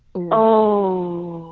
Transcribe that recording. oh,